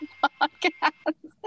podcast